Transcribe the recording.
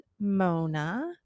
Mona